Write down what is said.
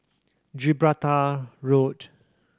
Gibraltar Road